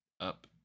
up